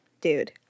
dude